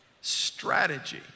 Strategy